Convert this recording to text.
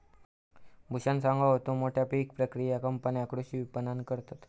भूषण सांगा होतो, मोठ्या पीक प्रक्रिया कंपन्या कृषी विपणन करतत